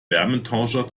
wärmetauscher